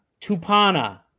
Tupana